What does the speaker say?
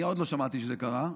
אני עוד לא שמעתי שזה קרה,